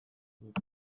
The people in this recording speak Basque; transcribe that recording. dut